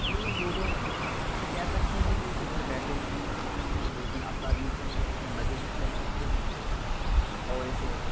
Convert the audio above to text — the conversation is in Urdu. کیونکہ لوڈو ایک ایسا کھیل ہے کہ اسے گھر بیٹھے دو تین افراد مل کر مزے سے کھیل سکتے ہو اور اسے